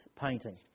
painting